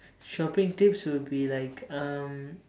shopping tips will be like um